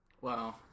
Wow